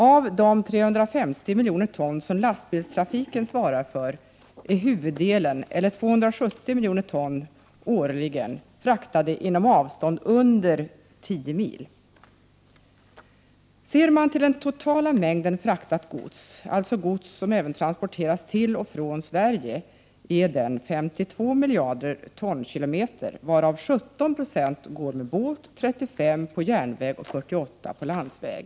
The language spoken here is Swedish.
Av de 350 miljoner ton som lastbilstrafiken årligen transporterar fraktas huvuddelen, eller 270 miljoner ton, inom ett avstånd under 10 mil. Om man ser till den totala mängden fraktat gods, dvs. även gods som transporteras till och från Sverige, utgör den 52 miljarder tonkilometer varav 17 9e går med båt, 35 20 på järnväg och 48 26 på landsväg.